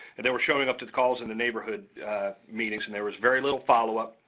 and they were showing up to the calls and the neighborhood meetings, and there was very little follow up,